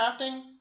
crafting